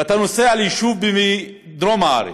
ואתה נוסע ליישוב בדרום הארץ,